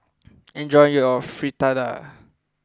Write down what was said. enjoy your Fritada